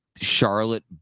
Charlotte